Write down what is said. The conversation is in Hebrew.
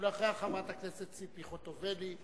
אחריה, חברת הכנסת ציפי חוטובלי.